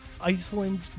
iceland